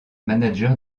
manager